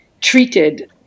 treated